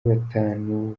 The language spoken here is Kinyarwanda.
batanu